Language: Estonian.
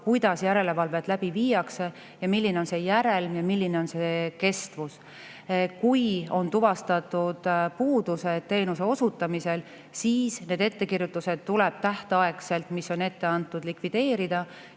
kuidas järelevalvet läbi viiakse, milline on see järelm, milline on see kestvus. Kui on tuvastatud puudused teenuse osutamisel, siis need ettekirjutused tuleb tähtajaks, mis on ette antud, likvideerida.